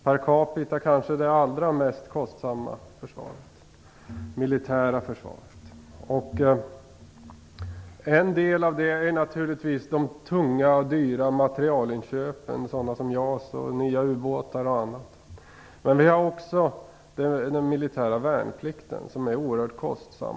Per capita är det svenska försvaret det kanske allra mest kostsamma militära försvaret. Det beror naturligtvis till en del på de tunga och dyra materielinköpen, såsom JAS och nya ubåtar. Den militära värnplikten är också oerhört kostsam.